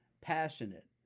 passionate